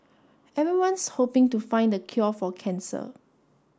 everyone's hoping to find the cure for cancer